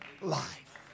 life